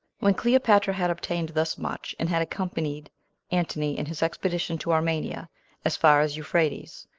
when cleopatra had obtained thus much, and had accompanied antony in his expedition to armenia as far as euphrates,